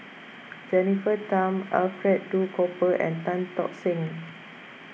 Jennifer Tham Alfred Duff Cooper and Tan Tock Seng